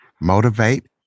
motivate